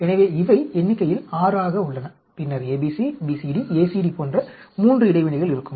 எனவே இவை எண்ணிக்கையில் 6 ஆக உள்ளன பின்னர் ABC BCD ACD போன்ற 3 வழி இடைவினைகள் இருக்கும்